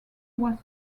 was